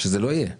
שזה לא ייכנס בצו.